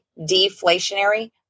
deflationary